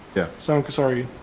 yeah. so i'm sorry,